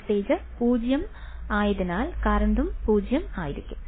voltage 0 zero ആയതിനാൽ കറണ്ടും 0 ആയിരിക്കും